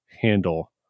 handle